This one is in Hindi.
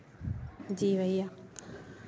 जी भैया